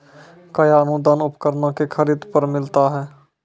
कया अनुदान उपकरणों के खरीद पर मिलता है?